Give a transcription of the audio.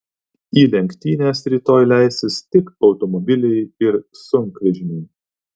į lenktynes rytoj leisis tik automobiliai ir sunkvežimiai